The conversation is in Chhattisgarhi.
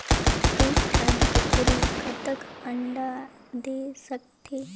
एक ठन कूकरी कतका अंडा दे सकथे?